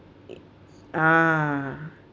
ah